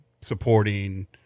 supporting